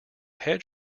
head